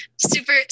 Super